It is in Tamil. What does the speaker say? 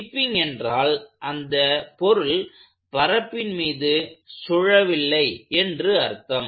டிப்பிங் என்றால் அந்த பொருள் பரப்பின் மீது சுழலவில்லை என்று அர்த்தம்